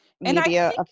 media